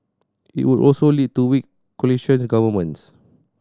it would also lead to weak coalition governments